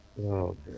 Okay